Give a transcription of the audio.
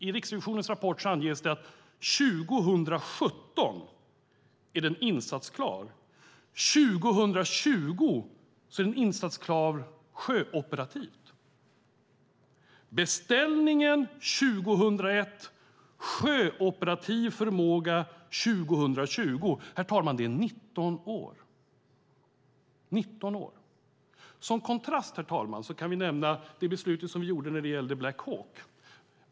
I Riksrevisionens rapport anges att den är insatsklar 2017. År 2020 är den insatsklar sjöoperativt. Beställningen gjordes 2001, och helikoptern har sjöoperativ förmåga 2020. Det är en period på 19 år. Som kontrast kan jag nämna beslutet som fattades när det gällde Black Hawk.